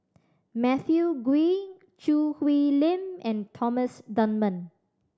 Matthew Ngui Choo Hwee Lim and Thomas Dunman